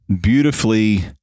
beautifully